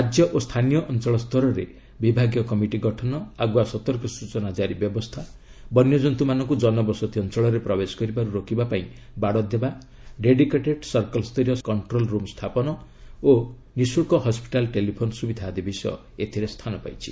ରାଜ୍ୟ ଓ ସ୍ଥାନୀୟ ଅଞ୍ଚଳ ସ୍ତରରେ ବିଭାଗୀୟ କମିଟି ଗଠନ ଆଗୁଆ ସତର୍କ ସୂଚନା କ୍କାରି ବ୍ୟବସ୍ଥା ବନ୍ୟଜନ୍ତୁମାନଙ୍କୁ ଜନବସତି ଅଞ୍ଚଳରେ ପ୍ରବେଶ କରିବାରୁ ରୋକିବାପାଇଁ ବାଡ଼ ଦେବା ଡେଡିକେଟେଡ୍ ସର୍କଲ୍ ସ୍ତରୀୟ କଣ୍ଟ୍ରୋଲ୍ ରୁମ୍ ସ୍ଥାପନ ଓ ନିଃଶୁଳ୍କ ହଟ୍ଲାଇନ୍ ଟେଲିଫୋନ୍ ସୁବିଧା ଆଦି ବିଷୟ ଏଥିରେ ସ୍ଥାନ ପାଇଛି